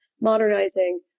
modernizing